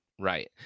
Right